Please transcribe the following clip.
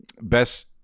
best